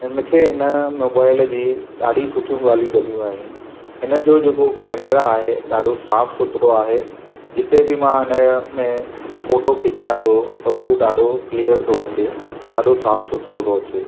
मूंखे हिन मोबाइल जी ॾाढी सुठियूं ॻाल्हियूं लॻियूं आहिनि आहिनि हिन जो जेको कैमरा आहे ॾाढो साफ़ु सुथिरो आहे जिते बि मां इन जा में फोटो खिचियां थो त उहो ॾाढो क्लियर थो अचे ॾाढो साफ़ु सुथिरो थो अचे